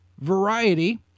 Variety